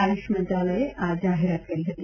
આયુષ મંત્રાલયે આ જાહેરાત કરી હતી